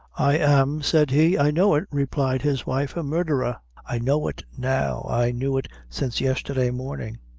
i am, said he. i know it, replied his wife a murdherer! i know it now i knew it since yesterday mornin'.